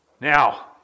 Now